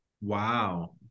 wow